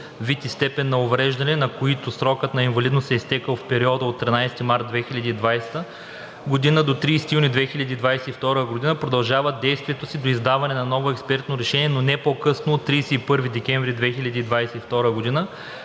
и степен на увреждане, на които срокът на инвалидност е изтекъл в периода от 13 март 2020 г. до 30 юни 2022 г., продължават действието си до издаване на ново експертно решение, но не по-късно от 31 декември 2022 г.,